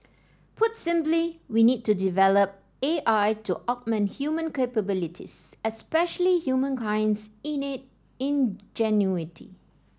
put simply we need to develop A I to augment human capabilities especially humankind's innate ingenuity